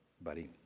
Buddy